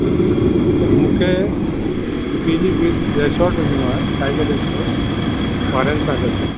हा मूंखे पीलीभीत रिजॉट वञिणो आहे टाइगर रिजॉट ॿारनि सां गॾुु